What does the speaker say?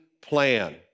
plan